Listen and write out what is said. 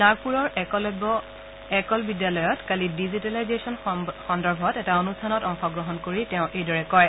নাগপুৰৰ একলব্য একল বিদ্যালয়ত কালি ডিজিটেলাইজেশ্যন সন্দৰ্ভত এটা অনুষ্ঠানত অংশগ্ৰহণ কৰি তেওঁ এইদৰে কয়